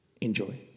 enjoy